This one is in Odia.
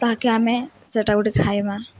ତାହାକେ ଆମେ ସେଟା ଗୋଟେ ଖାଇମା